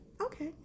Okay